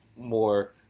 more